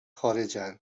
خارجن